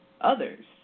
others